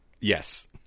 yes